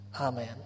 Amen